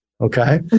Okay